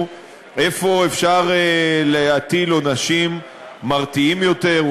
איפה אפשר להטיל עונשים מרתיעים יותר,